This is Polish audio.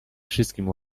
wszystkim